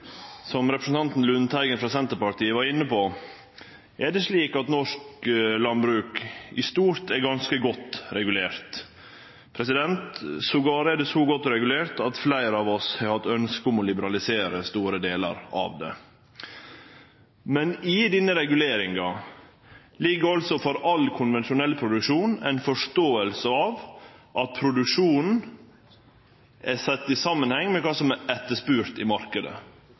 Som representanten Lundteigen frå Senterpartiet var inne på, er det slik at norsk landbruk i stort er ganske godt regulert. Det er til og med så godt regulert at fleire av oss har hatt ønske om å liberalisere store delar av det. Men i denne reguleringa ligg altså for all konvensjonell produksjon ei forståing av at produksjonen er sett i samanheng med kva som er etterspurt i